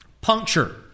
Puncture